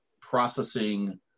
processing